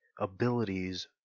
abilities